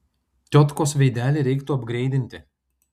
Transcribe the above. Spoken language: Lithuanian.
tiotkos veidelį reiktų apgreidinti